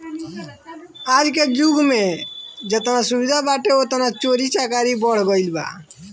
आजके जुग में जेतने सुविधा बाटे ओतने चोरी चकारी बढ़ गईल बा